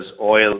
oil